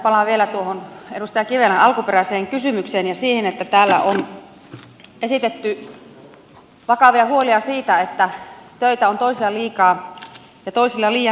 palaan vielä tuohon edustaja kivelän alkuperäiseen kysymykseen ja siihen että täällä on esitetty vakavia huolia siitä että töitä on toisilla liikaa ja toisilla liian vähän